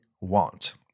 want